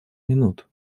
минут